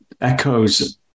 echoes